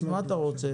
אז מה אתה רוצה?